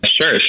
Sure